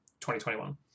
2021